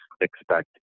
expect